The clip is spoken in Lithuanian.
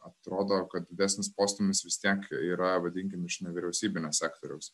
atrodo kad didesnis postūmis vis tiek yra vadinkim iš nevyriausybinio sektoriaus